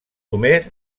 homer